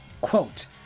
Quote